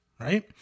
Right